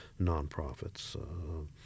nonprofits